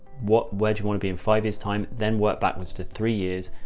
what, where do you want to be in five years time, then work backwards to three years,